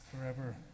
forever